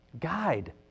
guide